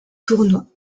tournois